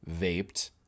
vaped